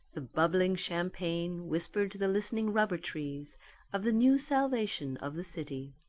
the bubbling champagne whispered to the listening rubber trees of the new salvation of the city.